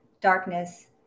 darkness